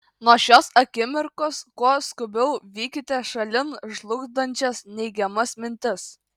nuo šios akimirkos kuo skubiau vykite šalin žlugdančias neigiamas mintis